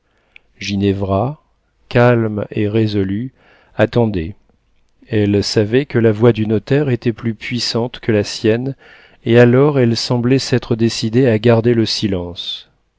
ginevra calme et résolue attendait elle savait que la voix du notaire était plus puissante que la sienne et alors elle semblait s'être décidée à garder le silence